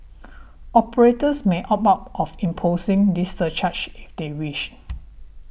operators may opt out of imposing this surcharge if they wish